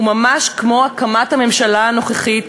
וממש כמו הקמת הממשלה הנוכחית,